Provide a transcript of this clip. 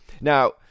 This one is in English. Now